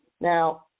Now